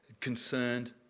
concerned